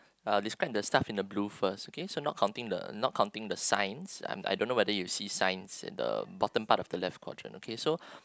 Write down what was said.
uh describe the stuff in the blue first okay so not counting the not counting the signs I I don't know whether you see signs in the bottom part of the left quadrant okay so